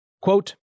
Quote